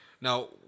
now